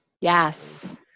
Yes